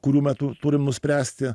kurių metu turim nuspręsti